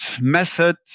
method